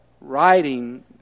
writing